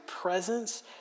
presence